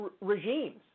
regimes